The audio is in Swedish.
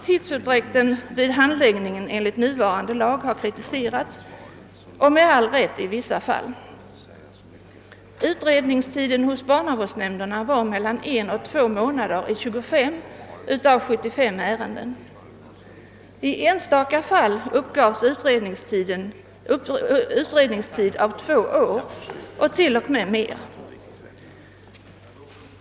Tidsutdräkten vid handläggningen enligt nuvarande lag har kritiserats — i vissa fall med all rätt. Utredningstiden hos barnavårdsnämnderna var en till två månader i 25 av 75 ärenden. I enstaka fall uppgavs utredningstiden till två år och t.o.m. mer.